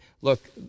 Look